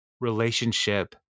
relationship